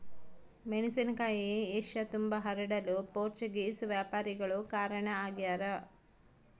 ಮೆಣಸಿನಕಾಯಿ ಏಷ್ಯತುಂಬಾ ಹರಡಲು ಪೋರ್ಚುಗೀಸ್ ವ್ಯಾಪಾರಿಗಳು ಕಾರಣ ಆಗ್ಯಾರ